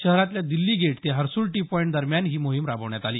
शहरातल्या दिछ्छी गेट ते Harsul T point दरम्यान ही मोहीम राबवण्यात आली